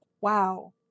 Wow